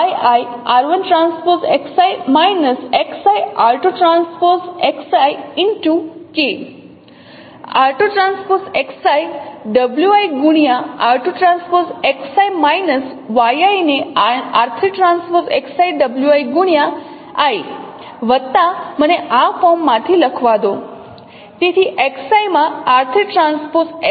તેથી Xi માં r3 transpose Xi minus wi ને r1 ટ્રાન્સપોઝ Xi માં જે વત્તા છે આ ભાગને વટાવીને